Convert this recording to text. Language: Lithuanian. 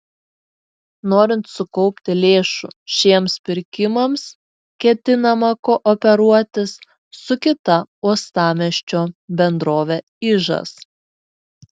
norint sukaupti lėšų šiems pirkimams ketinama kooperuotis su kita uostamiesčio bendrove ižas